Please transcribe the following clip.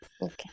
Okay